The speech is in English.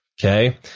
okay